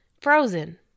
Frozen